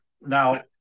Now